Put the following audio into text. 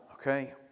okay